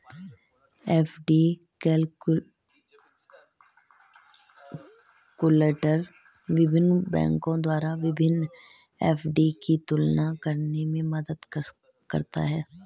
FD calculator विभिन्न बैंकों द्वारा विभिन्न एफ.डी की तुलना करने में मदद करता है